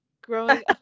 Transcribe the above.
growing